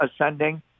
ascending